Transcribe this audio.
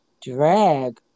drag